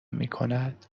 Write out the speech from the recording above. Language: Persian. میکند